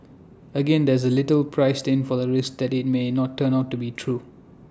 again there is little priced in for the risk that IT may not turn out to be true